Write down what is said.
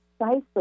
Precisely